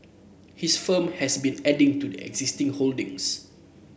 his firm has been adding to its existing holdings